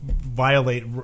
violate